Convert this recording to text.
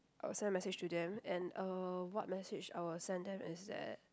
I'll send a message to them and uh what message I will send them is that